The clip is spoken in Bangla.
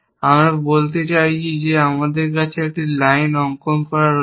আমরা বলতে চাইছি যে আমাদের কাছে একটি লাইন অঙ্কন রয়েছে